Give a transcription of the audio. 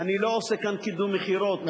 אני לא עושה כאן קידום מכירות,